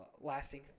lasting